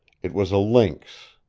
it was a lynx,